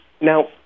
Now